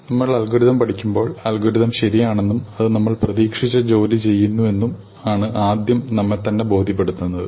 നമ്മൾ അൽഗോരിതം പഠിക്കുമ്പോൾ അൽഗോരിതം ശരിയാണെന്നും അത് നമ്മൾ പ്രതീക്ഷിച്ച ജോലി ചെയ്യുന്നുവെന്നും ആണ് ആദ്യം നമ്മെത്തന്നെ ബോധ്യപ്പെടുത്തേണ്ടത്